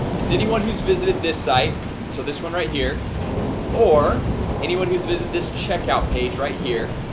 it's anyone who's visited this site so this one right here or anyone who's visited this checkout page right here?